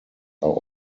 are